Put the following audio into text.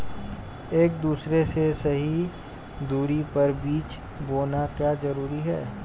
एक दूसरे से सही दूरी पर बीज बोना क्यों जरूरी है?